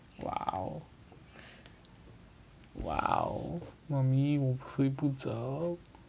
!wow! !wow! mummy 我睡不着